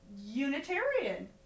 Unitarian